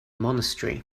monastery